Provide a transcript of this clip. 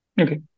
okay